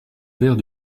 père